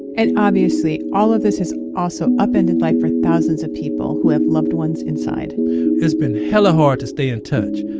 and obviously all of this has also upended life for thousands of people who have loved ones inside it's been hella hard to stay in touch.